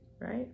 right